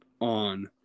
on